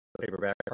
paperback